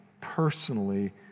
personally